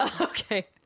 Okay